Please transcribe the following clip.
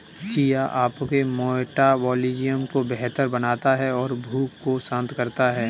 chia आपके metabolism को बेहतर बनाता है और भूख को शांत करता है